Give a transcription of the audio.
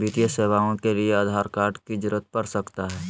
वित्तीय सेवाओं के लिए आधार कार्ड की जरूरत पड़ सकता है?